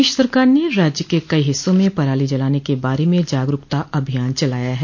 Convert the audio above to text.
प्रदेश सरकार ने राज्य के कई हिस्सों में पराली जलाने के बारे में जागरूकता अभियान चलाया है